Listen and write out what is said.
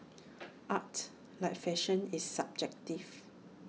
art like fashion is subjective